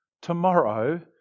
tomorrow